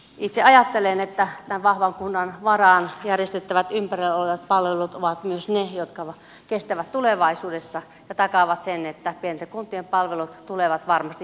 itse ajattelen että tämän vahvan kunnan varaan järjestettävät ympärillä olevat palvelut ovat myös ne jotka kestävät tulevaisuudessa ja takaavat sen että pienten kuntien palvelut tulevat varmasti järjestetyiksi